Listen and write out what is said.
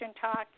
talk